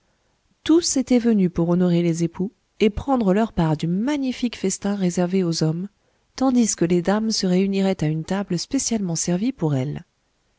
tous étaient venus pour honorer les époux et prendre leur part du magnifique festin réservé aux hommes tandis que les dames se réuniraient à une table spécialement servie pour elles